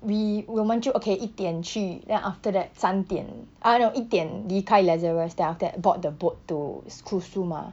we 我们就 okay 一点去 then after that 三点 ah no 一点离开 lazarus then after that board the boat to kusu mah